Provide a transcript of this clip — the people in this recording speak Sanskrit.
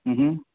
ह्म् ह्म्